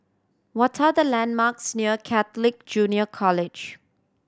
what are the landmarks near Catholic Junior College